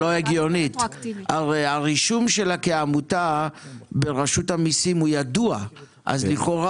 הרי הרישום שלה כעמותה ידוע ברשות המיסים אז לכאורה